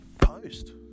post